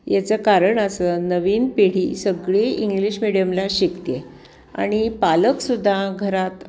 याचं कारण असं नवीन पिढी सगळी इंग्लिश मिडीयमला शिकते आहे आणि पालक सुद्धा घरात